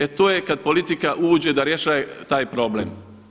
E to je kad politika uđe da riješi taj problem.